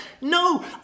no